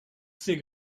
c’est